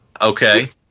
okay